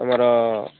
ତୁମର